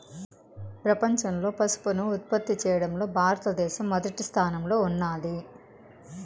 ప్రపంచంలో పసుపును ఉత్పత్తి చేయడంలో భారత దేశం మొదటి స్థానంలో ఉన్నాది